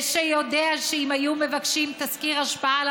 ושיודע שאם היו מבקשים תסקיר השפעה על